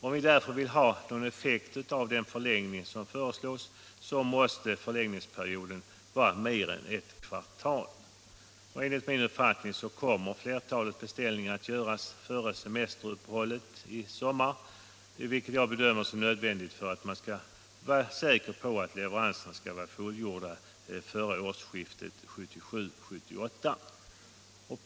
Om vi vill ha någon effekt av den förlängning som föreslås måste därför förlängningsperioden vara längre än ett kvartal. Enligt min uppfattning kommer flertalet beställningar att göras före semesteruppehållet i sommar, vilket jag anser nödvändigt för att man skall vara säker på att leveranserna är fullgjorda före årsskiftet 1977-1978.